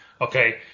okay